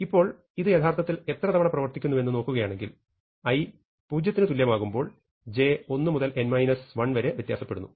ഇപ്പോൾ ഇത് യഥാർത്ഥത്തിൽ എത്ര തവണ പ്രവർത്തിക്കുന്നുവെന്ന് നോക്കുകയാണെങ്കിൽ i 0 ന് തുല്യമാകുമ്പോൾ j 1 മുതൽ n 1 വരെ വ്യത്യാസപ്പെടുന്നു